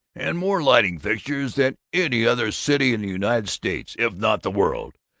and more lighting-fixtures, than any other city in the united states, if not the world.